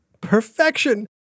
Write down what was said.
perfection